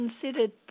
considered